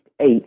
eight